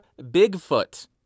Bigfoot